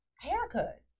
haircut